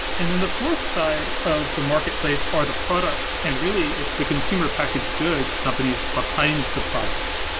and then the fourth side of the marketplace or the products and, really, it's the consumer packaged goods companies behind the products.